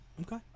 Okay